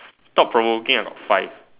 thought provoking I got five